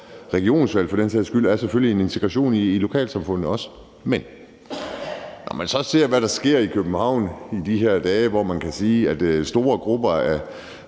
regionsvalg for den sags skyld er selvfølgelig også en integration i lokalsamfundet. Men man kan så se, hvad der sker i København i de her dage med store grupper af